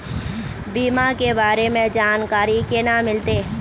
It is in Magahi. बीमा के बारे में जानकारी केना मिलते?